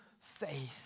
faith